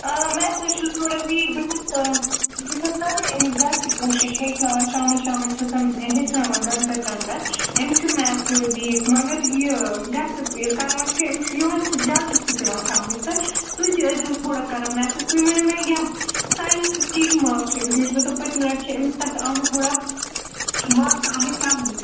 آ میتھَس چھُس تھوڑا ویٖک بہٕ چھَس بہٕ چھَس کَران أمِس گَرِ تہِ کوٗشِش ہیٚچھناوان شامَن شامَن چھَسَن ہیٚچھناوان گھنٛٹَس گھنٛٹَس أمِس چھُ میتھ تھوڑا ویٖک مگر یہِ گژھٮ۪س ییٚلہِ کران چھِ أمِس چھِ یِوان چھُس جلدی چھُس یِوان سَمٕج تہٕ تُہۍ تہِ ٲسۍزِیوس تھوڑا کران میتھَس تُہۍ ؤنِو مےٚ یَتھ ساینَسَس کِتھ ماکٕس چھِ أمِس مےٚ چھِ باسان پٔتۍمہِ لَٹہِ چھِ أمِس تَتھ آمٕتۍ تھوڑا ماکٕس آمٕتۍ کَمٕے